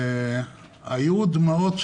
היו שם דמעות.